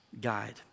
guide